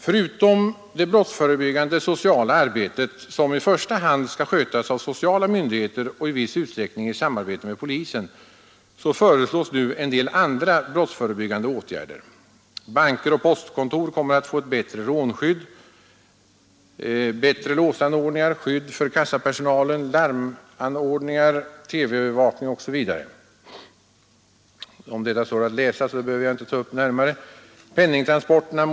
Förutom det brottsförebyggande sociala arbetet, som i första hand skall skötas av de sociala myndigheterna och i viss utsträckning i samarbete med polisen, föreslås nu en del andra brottsförebyggande åtgärder: banker och postkontor kommer att få ett bättre rånskydd, såsom bättre låsanordningar, skydd för kassapersonal, larmanordningar, TV-övervakning osv. Om detta står att läsa i betänkandet, varför jag inte behöver ta upp det till närmare beskrivning.